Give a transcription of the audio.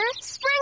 Spring